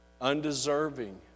undeserving